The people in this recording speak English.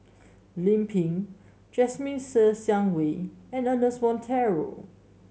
Lim Pin Jasmine Ser Xiang Wei and Ernest Monteiro